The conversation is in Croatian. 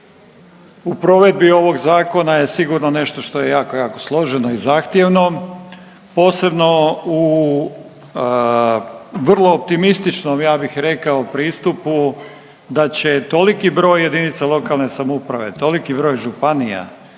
u provedbi ovog zakona je sigurno nešto što je jako, jako složeno i zahtjevno. Posebno u vrlo optimističnom, ja bih rekao, pristupu da će toliki broj jedinica lokalne samouprave, toliki broj županija